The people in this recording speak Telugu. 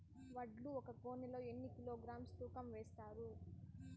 వడ్లు ఒక గోనె లో ఎన్ని కిలోగ్రామ్స్ తూకం వేస్తారు?